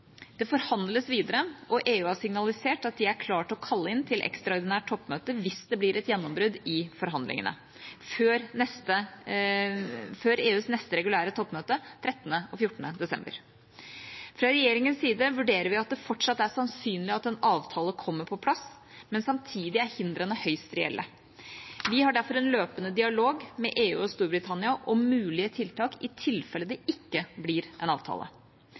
Det forhandles videre, og EU har signalisert at de er klar til å kalle inn til ekstraordinært toppmøte hvis det blir et gjennombrudd i forhandlingene før EUs neste regulære toppmøte 13. og 14. desember. Fra regjeringas side vurderer vi at det fortsatt er sannsynlig at en avtale kommer på plass, men samtidig er hindrene høyst reelle. Vi har derfor en løpende dialog med EU og Storbritannia om mulige tiltak i tilfelle det ikke blir en avtale.